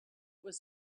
was